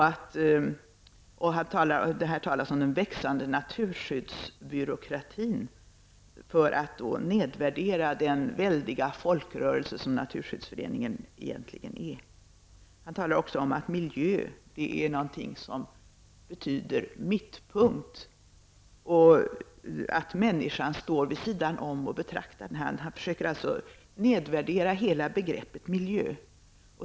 Artikelförfattaren talar om den växande naturskyddsbyråkratin, för att nedvärdera den väldiga folkrörelse som Naturskyddsföreningen egentligen är. Han talar också om att miljö är någonting som betyder mittpunkt, och att människan står vid sidan om och betraktar den. Han försöker alltså nedvärdera hela begreppet miljö.